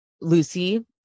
Lucy